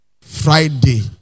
Friday